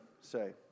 say